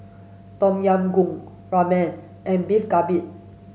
Tom Yam Goong Ramen and Beef Galbi